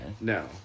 no